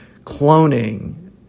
cloning